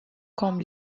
comme